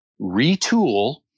retool